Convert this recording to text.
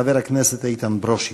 חבר הכנסת איתן ברושי.